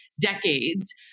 decades